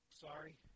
sorry